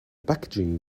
packaging